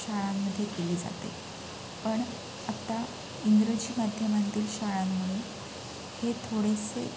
शाळांमधे केली जाते पण आत्ता इंग्रजी माध्यमांतील शाळांमुळे हे थोडेसे